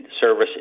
service